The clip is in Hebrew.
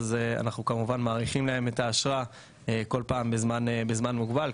אנחנו כמובן מאריכים להם את האשרה כל פעם בזמן מוגבל.